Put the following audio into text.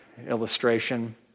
illustration